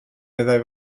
meddai